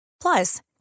Plus